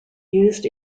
used